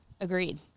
agreed